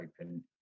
open